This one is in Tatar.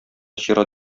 чират